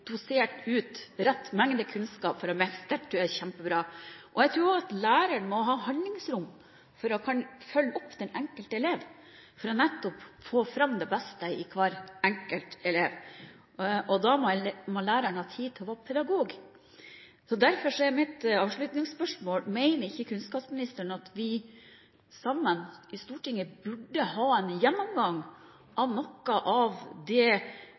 ut rett mengde kunnskap. Det tror jeg er kjempebra. Jeg tror også at læreren må ha handlingsrom for å kunne følge opp den enkelte elev, for nettopp å få fram det beste i hver enkelt elev. Da må læreren ha tid til å være pedagog. Derfor er mitt avslutningsspørsmål: Mener ikke kunnskapsministeren at vi sammen i Stortinget burde ha en gjennomgang av noe av det